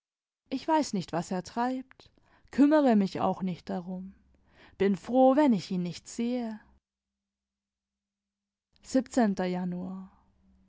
ich weiß nicht was er treibt kümmere mich auch nicht darum bin froh wenn ich ihn nicht sehe januar